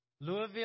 Louisville